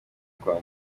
kwa